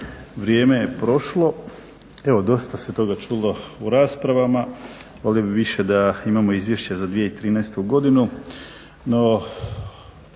Vrijeme je prošlo. Evo dosta se toga čulo u raspravama. Volio bih više da imamo izvješće za 2013. godinu,